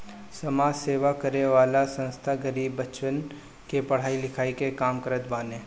समाज सेवा करे वाला संस्था गरीब बच्चन के पढ़ाई लिखाई के काम करत बाने